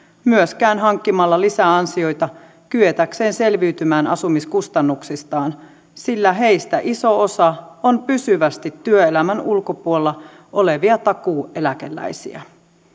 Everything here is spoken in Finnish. myöskään hankkimalla lisäansioita kyetäkseen selviytymään asumiskustannuksistaan sillä heistä iso osa on pysyvästi työelämän ulkopuolella olevia takuueläkeläisiä